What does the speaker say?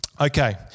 Okay